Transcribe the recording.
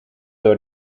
door